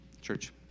Church